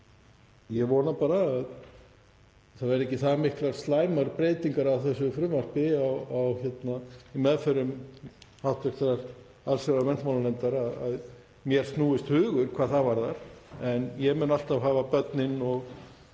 Ég vona bara að það verði ekki það miklar slæmar breytingar á þessu frumvarpi í meðförum hv. allsherjar- og menntamálanefndar að mér snúist hugur hvað það varðar. En ég mun alltaf hafa börnin og